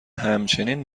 همچنین